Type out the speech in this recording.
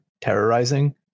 terrorizing